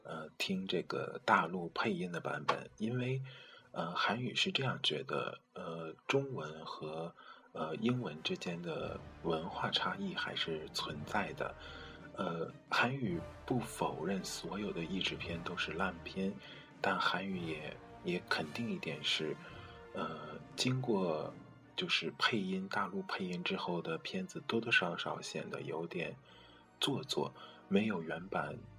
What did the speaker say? ，呃，听这个大陆配音的版本。因为，呃，韩语是这样觉得，呃，中文和，呃，英文之间的文化差异还是存在的。呃，韩语不否认所有的译制片都是烂片，但韩语也-也肯定一点是，呃，经过-就是配音-大陆配音之后的片子多多少少显得有点做作，没有原版